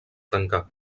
tancar